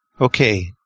Okay